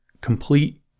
complete